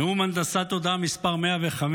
נאום הנדסת תודעה מס' 105,